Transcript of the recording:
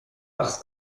parce